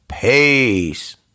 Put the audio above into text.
Peace